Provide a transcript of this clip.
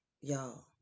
Y'all